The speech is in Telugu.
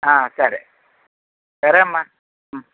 ఆ సరే సరే అమ్మా